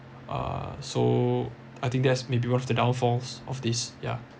uh so I think that's maybe one of the downfall of this yeah